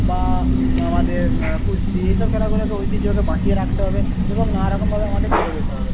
বা আমাদের কুস্তি এইসব খেলাগুলোকে ঐতিহ্যকে বাঁচিয়ে রাখতে হবে এবং নানা রকমভাবে আমাদের খেলে যেতে হবে